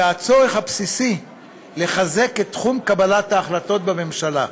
והצורך הבסיסי לחזק את תחום קבלת ההחלטות בממשלה.